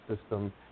system